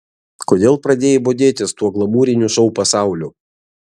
kodėl pradėjai bodėtis tuo glamūriniu šou pasauliu